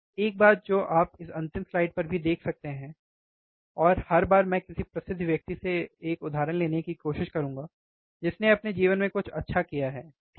एक बात जो आप इस अंतिम स्लाइड पर भी देख सकते हैं और हर बार मैं किसी प्रसिद्ध व्यक्ति से एक उदाहरण लाने की कोशिश करुंगा जिसने अपने जीवन में कुछ अच्छा किया है ठीक है